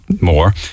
more